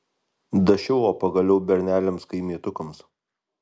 dašilo pagaliau berneliams kaimietukams